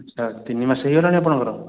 ଆଚ୍ଛା ତିନି ମାସ ହେଇଗଲାଣି ଆପଣଙ୍କର